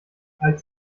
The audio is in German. als